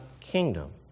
kingdom